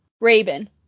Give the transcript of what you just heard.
Raven